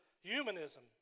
humanism